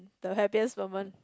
the happiest moment